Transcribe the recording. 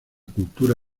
cultura